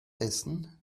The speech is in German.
essen